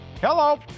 Hello